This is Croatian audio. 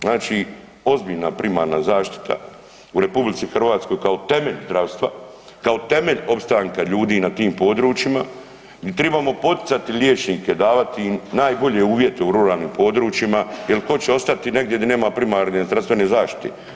Znači ozbiljna primarna zaštita u RH kao temelj zdravstva, kao temelj opstanka ljudi na tim područjima, di tribamo poticati liječnike, davati im najbolje uvjete u ruralnim područjima jer tko će ostati negdje di nema primarne zdravstvene zaštite?